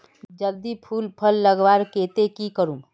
जल्दी फूल फल लगवार केते की करूम?